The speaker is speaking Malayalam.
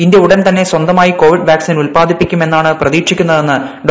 ഇന്ത്യ ഉടൻ തന്നെ സ്വന്തമായി കോവിഡ് വാക്സിൻ ഉത്പാദിപ്പിക്കും എന്നാണ് പ്രതീക്ഷിക്കുന്നതെന്ന് ഡോ